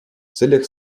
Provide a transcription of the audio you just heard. целях